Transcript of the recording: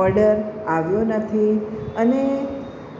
order આવ્યો નથી અને